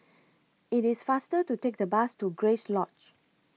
IT IS faster to Take The Bus to Grace Lodge